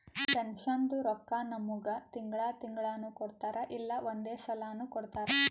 ಪೆನ್ಷನ್ದು ರೊಕ್ಕಾ ನಮ್ಮುಗ್ ತಿಂಗಳಾ ತಿಂಗಳನೂ ಕೊಡ್ತಾರ್ ಇಲ್ಲಾ ಒಂದೇ ಸಲಾನೂ ಕೊಡ್ತಾರ್